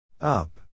Up